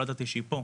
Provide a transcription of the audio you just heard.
לא ידעתי שהיא פה,